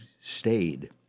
stayed